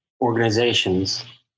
organizations